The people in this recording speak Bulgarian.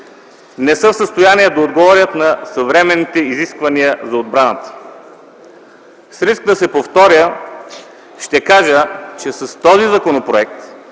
не са в състояние да отговорят на съвременните изисквания за отбраната. С риск да се повторя, ще кажа, че с този законопроект